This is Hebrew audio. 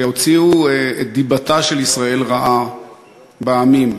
שהוציאו את דיבתה של ישראל רעה בעמים,